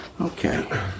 Okay